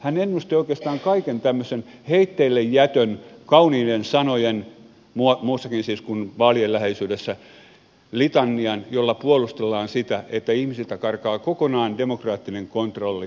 hän ennusti oikeastaan kaiken tämmöisen heitteillejätön kauniiden sanojen muussakin siis kuin vaalien läheisyydessä litanian jolla puolustellaan sitä että ihmisiltä karkaa kokonaan demokraattinen kontrolli näihin asioihin